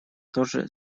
тоже